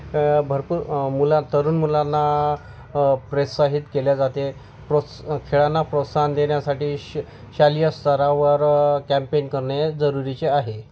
भरपूर मुला तरुण मुलांना प्रोत्साहित केले जाते प्रोत्स खेळांना प्रोत्साहन देण्यासाठी शालेय स्तरावर कॅम्पेन करणे जरुरीचे आहे